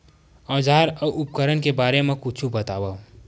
औजार अउ उपकरण के बारे मा कुछु बतावव?